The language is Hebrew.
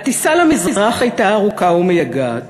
הטיסה למזרח הייתה ארוכה ומייגעת.